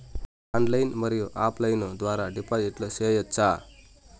Online మరియు offline ద్వారా డిపాజిట్లు సేయొచ్చా?